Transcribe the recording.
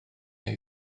neu